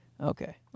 okay